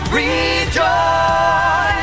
rejoice